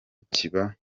kiba